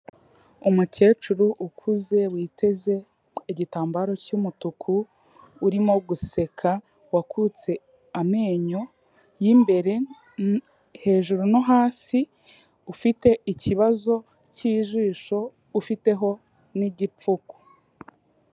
Umukecuru ukuze witeze igitambaro cy'umutuku urimo guseka wakutse amenyo y'imbere hejuru no hasi, ufite ikibazo cy'ijisho ufiteho n'igipfuko.